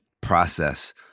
process